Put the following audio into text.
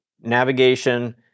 navigation